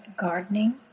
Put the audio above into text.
gardening